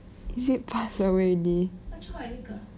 is it pass away already